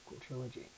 trilogy